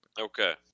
Okay